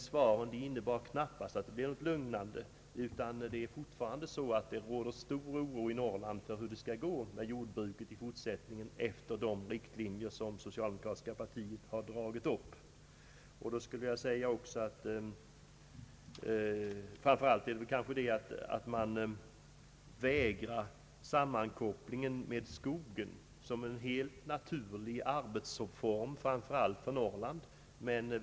Svaren var dock knappast av den arten att oron stillades, utan det råder fortfarande stor oro i Norrland för hur det skall gå med jordbruket i Norrland efter de riktlinjer som det socialdemokratiska partiet har dragit upp. Vad som framför allt oroar är regeringens vägran att koppla samman jordbruket med skogsbruket som en helt naturlig arbetsform framför allt för Norrlands vidkommande.